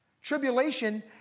Tribulation